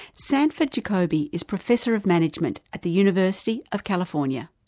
sandford jacoby is professor of management at the university of california.